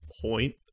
point